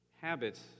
habits